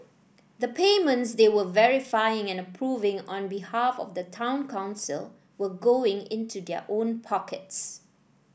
the payments they were verifying and approving on behalf of the town council were going into their own pockets